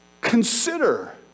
Consider